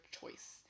choice